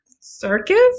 Circus